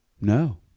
No